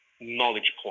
knowledge